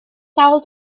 sawl